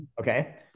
okay